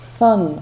fun